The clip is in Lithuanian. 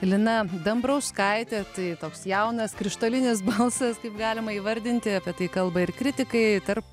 lina dambrauskaitė tai toks jaunas krištolinis balsas kaip galima įvardinti apie tai kalba ir kritikai tarp